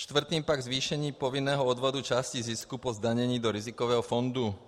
Čtvrtým pak zvýšení povinného odvodu části zisku po zdanění do rizikového fondu.